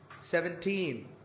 seventeen